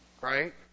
right